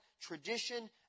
tradition